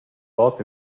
bod